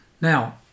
Now